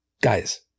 guys